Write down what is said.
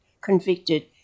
convicted